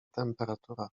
temperatura